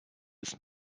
ist